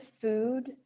food